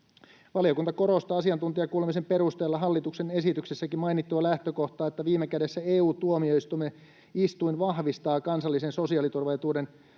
”Valiokunta korostaa asiantuntijakuulemisen perusteella hallituksen esityksessäkin mainittua lähtökohtaa, että viime kädessä EU-tuomioistuin vahvistaa kansallisten sosiaaliturvaetuuksien